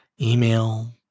Email